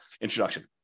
introduction